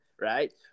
Right